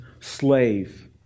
slave